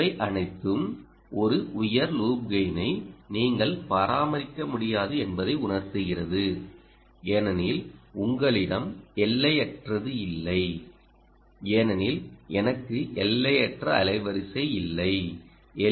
இவை அனைத்தும் ஒரு உயர் லூப் கெய்னை நீங்கள் பராமரிக்க முடியாது என்பதை உணர்த்துகிறது ஏனெனில் உங்களிடம் எல்லையற்றது இல்லை ஏனெனில் எனக்கு எல்லையற்ற அலைவரிசை இல்லை எல்